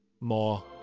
more